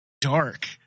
dark